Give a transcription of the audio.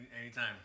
Anytime